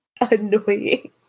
annoying